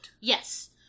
Yes